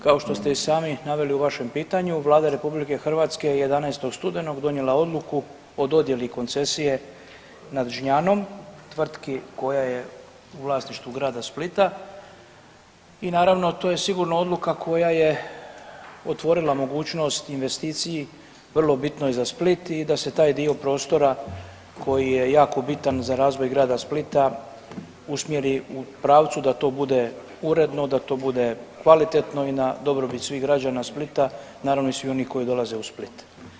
Kao što ste i sami naveli u vašem pitanju, Vlada RH je 11. studenog donijela Odluku o dodjeli koncesije nad Žnjanom, tvrtki koja je u vlasništvu grada Splita i naravno, to je sigurno odluka koje je otvorila mogućnost investiciji vrlo bitnoj za Split i da se taj dio prostora koji je jako bitan za razvoj grada Splita usmjeri u pravcu da to bude uredno, da to bude kvalitetno i na dobrobit svih građana Splita, naravno i svih onih koji dolaze u Split.